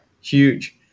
huge